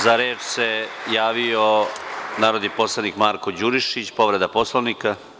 Za reč se javio narodni poslanik Marko Đurišić, povreda Poslovnika.